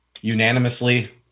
unanimously